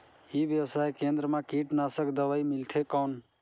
ई व्यवसाय केंद्र मा कीटनाशक दवाई मिलथे कौन?